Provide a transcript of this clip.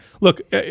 Look